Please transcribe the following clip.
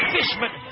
Fishman